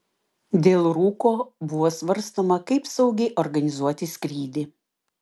dėl rūko buvo svarstoma kaip saugiai organizuoti skrydį